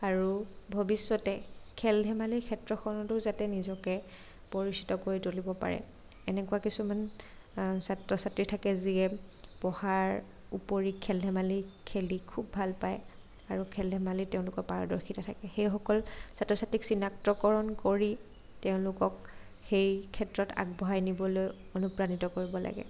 আৰু ভৱিষ্যতে খেল ধেমালিৰ ক্ষেত্ৰখনতো যাতে নিজকে পৰিচিত কৰি তুলিব পাৰে এনেকুৱা কিছুমান ছাত্ৰ ছাত্ৰী থাকে যিয়ে পঢ়াৰ ওপৰি খেল ধেমালি খেলি খুব ভাল পায় আৰু খেল ধেমালিত তেওঁলোকৰ পাৰদৰ্শিতা থাকে সেইসকল ছাত্ৰ ছাত্ৰীক চিনাক্তকৰণ কৰি তেওঁলোকক সেই ক্ষেত্ৰত আগবঢ়াই নিবলৈ অনুপ্ৰাণিত কৰিব লাগে